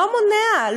לא מונע,